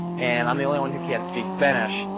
and i'm the only one who can't speak spanish,